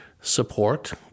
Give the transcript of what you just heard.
support